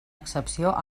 excepció